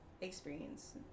experience